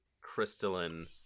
crystalline